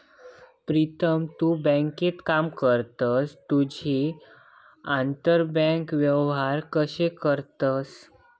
प्रीतम तु बँकेत काम करतस तुम्ही आंतरबँक व्यवहार कशे करतास?